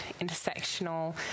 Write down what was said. intersectional